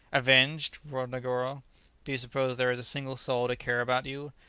avenged! roared negoro do you suppose there is a single soul to care about you?